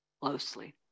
Closely